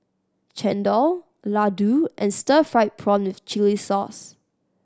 chendol laddu and stir fried prawn with chili sauce